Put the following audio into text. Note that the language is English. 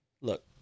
Look